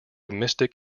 mystic